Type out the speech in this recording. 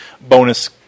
bonus